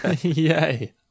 Yay